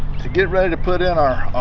to get ready to put in our